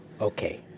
Okay